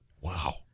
Wow